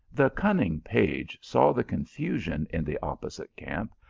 the cunning page saw the confusion in the op posite camp,